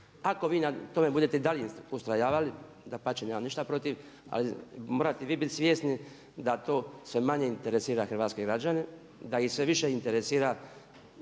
Ako vi na tome budete i dalje ustrajavali, dapače, nemam ništa protiv ali morate i vi biti svjesni da to sve manje interesira hrvatske građane, da ih sve više interesira